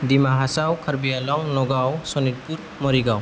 दिमा हासाव कार्बि आलं नगाव सनितपुर मरिगाव